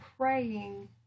praying